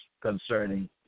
concerning